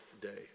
day